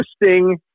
interesting